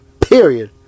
Period